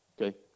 Okay